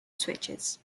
switches